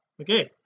okay